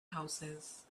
houses